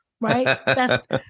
right